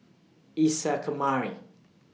Isa Kamari